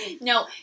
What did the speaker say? No